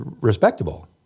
respectable